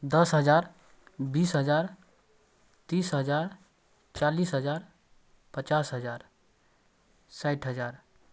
दस हजार बीस हजार तीस हजार चालिस हजार पचास हजार साठि हजार